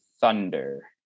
Thunder